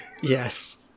Yes